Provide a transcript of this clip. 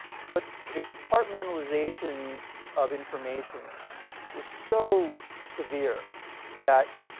but the compartmentalization of information was so severe that